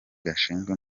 gashinzwe